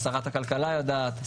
שרת הכלכלה יודעת,